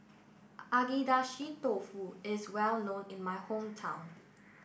Agedashi Dofu is well known in my hometown